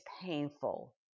painful